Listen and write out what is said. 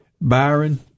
Byron